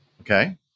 Okay